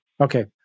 Okay